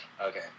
Okay